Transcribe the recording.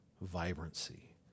vibrancy